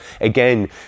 again